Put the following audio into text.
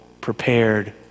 prepared